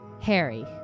Harry